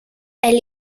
elle